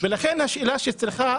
לכן יש לשאול,